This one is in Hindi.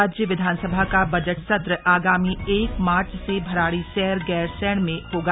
राज्य विधानसभा का बजट सत्र आगामी एक मार्च से भराड़ीसैंण गैरसैंण में होगा